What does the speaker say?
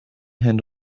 herrn